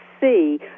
see